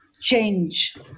change